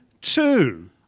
Two